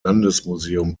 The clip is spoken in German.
landesmuseum